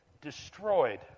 destroyed